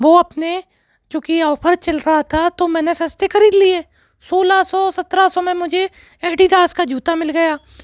वो अपने चूँकि ऑफर चल रहा था तो मैंने सस्ते खरीद लिए सोलह सो सत्रह सो में मुझे एडीदास का जूता मिल गया